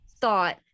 thought